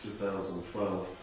2012